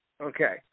Okay